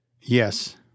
Yes